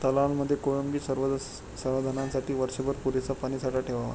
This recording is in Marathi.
तलावांमध्ये कोळंबी संवर्धनासाठी वर्षभर पुरेसा पाणीसाठा ठेवावा